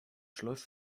schluss